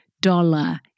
dollar